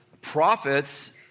prophets